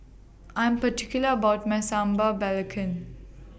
I Am particular about My Sambal Belacan